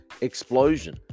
explosion